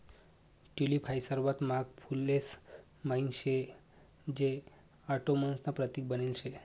tulip हाई सर्वात महाग फुलेस म्हाईन शे जे ऑटोमन्स ना प्रतीक बनेल शे